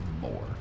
more